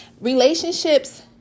relationships